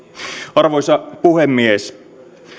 arvoisa puhemies